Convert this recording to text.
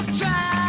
try